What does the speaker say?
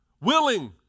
willing